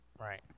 Right